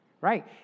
right